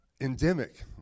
endemic